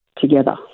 together